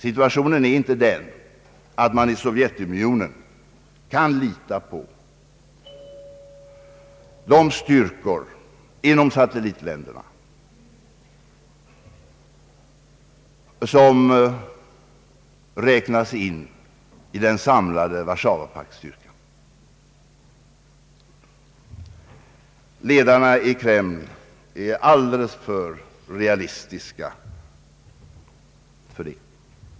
Situationen är väl inte sådan att man i Sovjetunionen kan lita på de styrko: inom satellitländerna som räknas in i den samlade Warszawapaktstyrkan. Ledarna i Kreml är alldeles för realistiska för det.